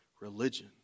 religion